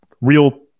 real